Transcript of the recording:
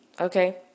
okay